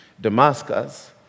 Damascus